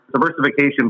diversification